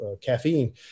caffeine